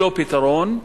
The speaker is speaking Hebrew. פתרון.